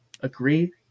agree